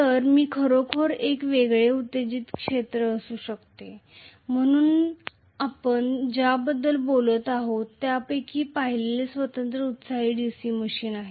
तर माझ्याकडे खरोखर एक वेगळे उत्तेजित क्षेत्र असू शकते म्हणून आपण ज्याबद्दल बोलत आहोत त्यापैकी पहिले स्वतंत्रपणे एक्साइटेड DC मशीन आहे